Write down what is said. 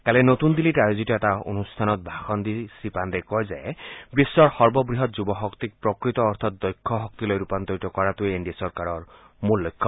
কালি নতুন দিল্লীত আয়োজিত এটা অনুষ্ঠানত ভাষণ দি শ্ৰীপাণ্ডে কয় যে বিশ্বৰ সৰ্ববহৎ যুৱ শক্তিক প্ৰকৃত অৰ্থত দক্ষ শক্তিলৈ ৰূপান্তৰিত কৰাটোৱে এন ডি এ চৰকাৰৰ মূল লক্ষ্য